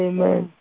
Amen